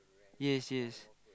yes yes